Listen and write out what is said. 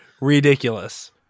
ridiculous